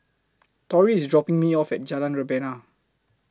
Torrey IS dropping Me off At Jalan Rebana